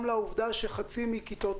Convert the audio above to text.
אני אשמח שתתייחס גם לעובדה שחצי מכיתות